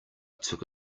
took